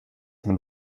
man